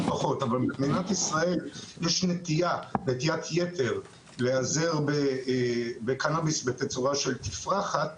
פחות יש נטיית יתר להיעזר בקנביס בתצורה של תפרחת,